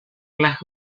las